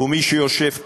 ומי שיושב כאן,